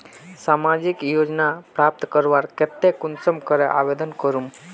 सामाजिक योजना प्राप्त करवार केते कुंसम करे आवेदन करूम?